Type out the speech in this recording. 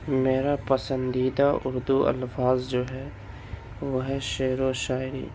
میرا پسندیدہ اردو الفاظ جو ہے وہ ہے شعر و شاعری